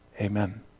Amen